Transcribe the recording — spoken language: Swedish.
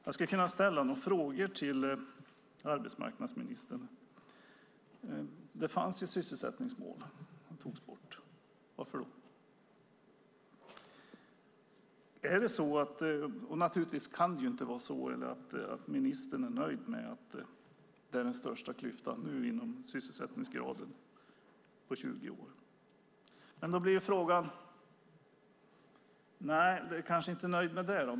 Jag skulle kunna ställa några frågor till arbetsmarknadsministern. Det fanns ett sysselsättningsmål. Det togs bort. Varför? Ministern kan naturligtvis inte vara nöjd med att det är den största klyftan vad gäller sysselsättningsgraden på 20 år. Nej, man är kanske inte nöjd med det.